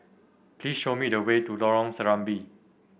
please show me the way to Lorong Serambi